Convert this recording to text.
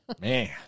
man